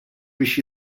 biex